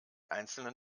einzelnen